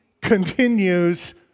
continues